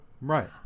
Right